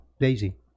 Daisy